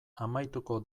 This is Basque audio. amaituko